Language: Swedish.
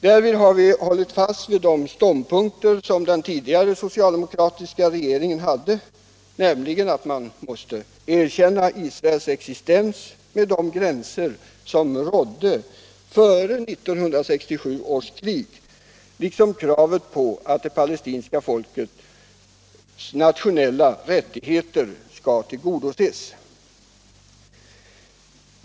Därvid har vi hållit fast vid de ståndpunkter som den tidigare socialdemokratiska regeringen hade, nämligen erkännandet av staten Israels existens med de gränser som rådde före 1967 års krig liksom kravet på att det palestinska folkets nationella rättigheter tillgodoses.